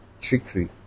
Trickery